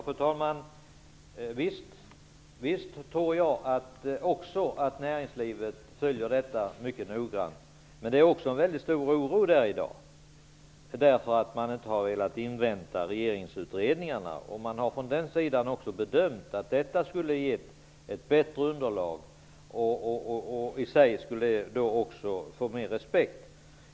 Fru talman! Visst tror jag också att näringslivet följer det här mycket noggrant. men det finns också en mycket stor oro där i dag, eftersom man inte har velat invänta regeringsutredningarna. Från den sidan har man också bedömt att detta skulle ge ett bättre underlag och i sig skulle det få mer respekt.